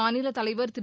மாநில தலைவர் திரு